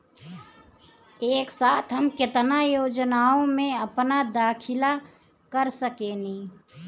एक साथ हम केतना योजनाओ में अपना दाखिला कर सकेनी?